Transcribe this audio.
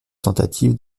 tentative